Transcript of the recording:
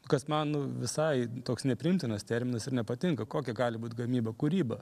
kas man visai toks nepriimtinas terminas ir nepatinka kokia gali būt gamyba kūryba